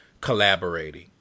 collaborating